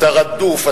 אתה רדוף,